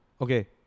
okay